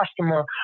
customer